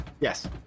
Yes